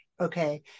Okay